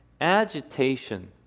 agitation